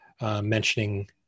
Mentioning